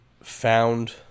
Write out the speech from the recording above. found